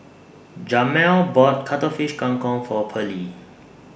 Jamel bought Cuttlefish Kang Kong For Pearlie